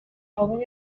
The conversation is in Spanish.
joven